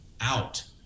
out